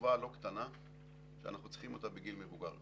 שכבה לא קטנה שאנחנו צריכים אותה בגיל מבוגר יותר.